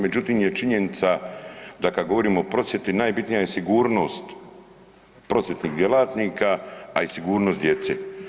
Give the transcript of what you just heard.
Međutim je činjenica da kad govorimo o prosvjeti najbitnija je sigurnost prosvjetnih djelatnika, a i sigurnost djece.